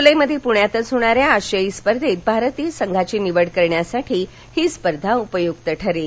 जुलैमध्ये पुण्यातच होणार्याअ आशियाई स्पर्धेत भारतीय संघाची निवड करण्यासाठी ही स्पर्धा उपयुक्त ठरणार आहे